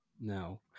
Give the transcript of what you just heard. No